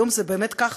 היום זה באמת ככה.